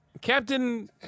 Captain